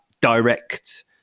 direct